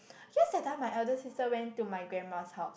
just that time my elder sister went to my grandma's house